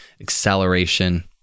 acceleration